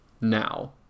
now